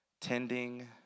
tending